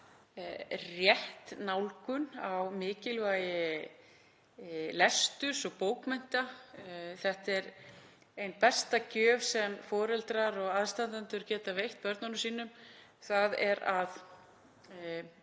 rétt nálgun á mikilvægi lesturs og bókmennta. Ein besta gjöf sem foreldrar og aðstandendur geta veitt börnunum sínum er að